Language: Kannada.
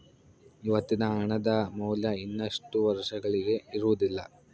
ಇವತ್ತಿನ ಹಣದ ಮೌಲ್ಯ ಇನ್ನಷ್ಟು ವರ್ಷಗಳಿಗೆ ಇರುವುದಿಲ್ಲ